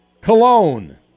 cologne